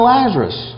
Lazarus